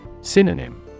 Synonym